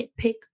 nitpick